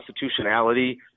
constitutionality